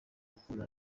rukundo